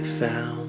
found